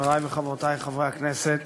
חברי וחברותי חברי הכנסת,